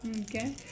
Okay